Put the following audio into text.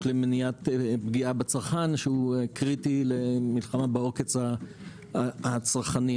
למניעת פגיעה בצרכן שקריטי בעוקץ הצרכנים.